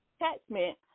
attachment